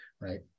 right